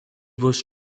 was